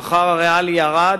השכר הריאלי ירד